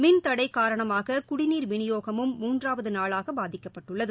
மின்தடை காரணமாக குடிநீர் விநியோகமும் மூன்றாவது நாளாக பாதிக்கப்பட்டுள்ளது